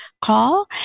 call